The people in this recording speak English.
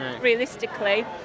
realistically